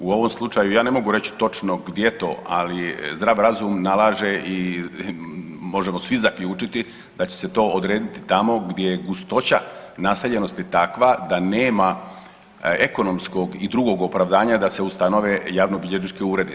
U ovom slučaju ja ne mogu reći točno gdje to, ali zdrav razum nalaže i možemo svi zaključiti da će se to odrediti tamo gdje je gustoća naseljenosti takva da nema ekonomskog i drugog opravdanja da se ustanove javnobilježnički uredi.